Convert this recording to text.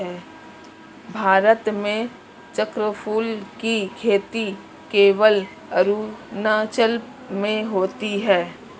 भारत में चक्रफूल की खेती केवल अरुणाचल में होती है